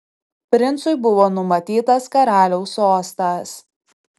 princui buvo numatytas karaliaus sostas